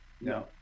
No